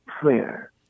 prayer